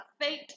fate